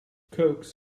coax